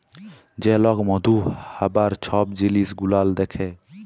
যে লক মধু হ্যবার ছব জিলিস গুলাল দ্যাখে